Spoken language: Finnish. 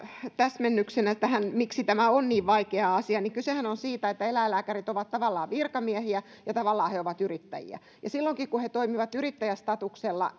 täsmennyksenä tähän miksi tämä on niin vaikea asia kysehän on siitä että eläinlääkärit ovat tavallaan virkamiehiä ja tavallaan he ovat yrittäjiä silloinkin kun he toimivat yrittäjästatuksella